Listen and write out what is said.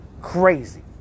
Crazy